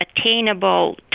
attainable